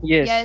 Yes